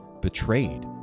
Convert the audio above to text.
betrayed